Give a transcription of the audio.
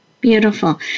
beautiful